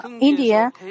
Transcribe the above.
India